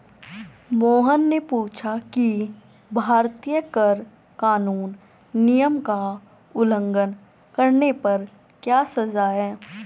मोहन ने पूछा कि भारतीय कर कानून नियम का उल्लंघन करने पर क्या सजा है?